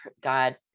God